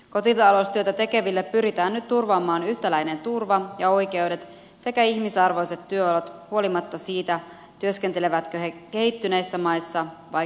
kotitaloustyötä tekeville pyritään nyt turvaamaan yhtäläinen turva ja oikeudet sekä ihmisarvoiset työolot huolimatta siitä työskentelevätkö he kehittyneissä maissa vai kehitysmaissa